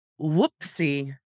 whoopsie